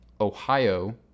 Ohio